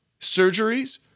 surgeries